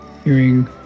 Hearing